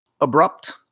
abrupt